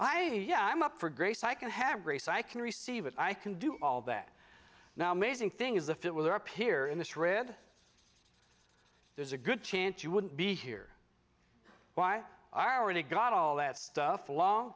i yeah i'm up for grace i can have grace i can receive it i can do all that now mazing thing is if it were up here in this thread there's a good chance you wouldn't be here why i already got all that stuff a long